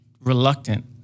reluctant